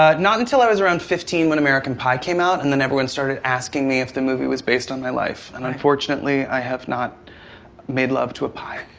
ah not until i was around fifteen when american pie came out and then everyone started asking me if the movie was based on my life. and unfortunately, i have not made love to a pie.